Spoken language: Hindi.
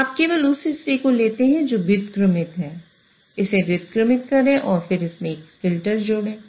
तो आप केवल उस हिस्से को लेते हैं जो व्युत्क्रमित है इसे व्युत्क्रमित करें और फिर इसमें एक फिल्टर जोड़ें